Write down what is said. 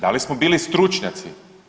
Da li smo bili stručnjaci?